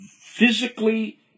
physically